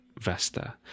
Vesta